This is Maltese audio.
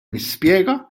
nispjega